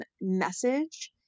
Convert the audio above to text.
message